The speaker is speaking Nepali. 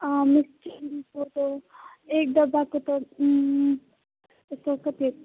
एक डब्बाको त यसको कति